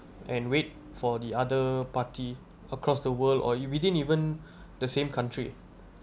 and wait for the other party across the world or within even the same country